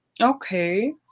Okay